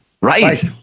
Right